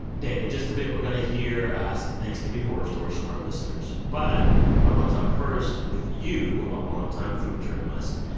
dan, in just a bit, we're going to hear some thanksgiving horror stories from our listeners. but i want to talk first with you, a longtime food journalist,